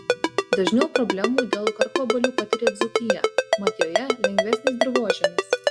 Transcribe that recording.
dažniau problemų dėl karkvabalių patiria dzūkija mat joje lengvesnis dirvožemis